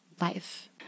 life